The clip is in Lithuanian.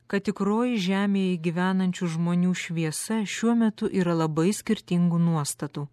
kad tikroji žemėje gyvenančių žmonių šviesa šiuo metu yra labai skirtingų nuostatų